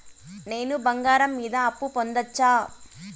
నేను బంగారం మీద అప్పు పొందొచ్చా?